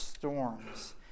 Storms